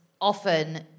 often